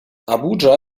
abuja